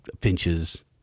finches